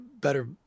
better